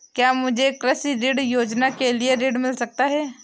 क्या मुझे कृषि ऋण योजना से ऋण मिल सकता है?